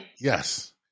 Yes